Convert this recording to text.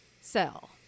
sell